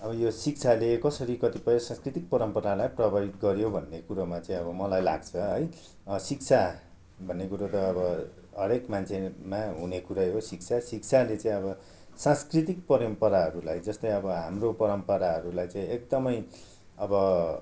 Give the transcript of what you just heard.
अब यो शिक्षाले कसरी कतिपय सांस्कृतिक परम्परालाई प्रभावित गर्यो भन्ने कुरोमा चाहिँ अब मलाई लाग्छ है शिक्षा भन्ने कुरो त अब हरेक मान्छेमा हुने कुरै हो शिक्षा शिक्षाले चाहिँ अब सांस्कृतिक परम्पराहरूलाई जस्तै अब हाम्रो परम्पराहरूलाई चाहिँ एकदमै अब